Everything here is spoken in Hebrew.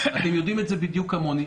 אתם יודעים את זה בדיוק כמוני.